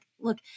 look